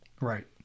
Right